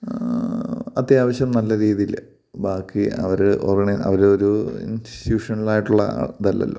അത്യാവശ്യം നല്ല രീതിയി ൽ ബാക്കി അവർ ഓർഗനൈസ് അവരൊരു ഇൻസ്റ്റിട്യൂഷണലായിട്ടുള്ള ഇതല്ലല്ലോ